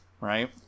Right